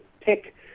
pick